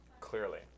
clearly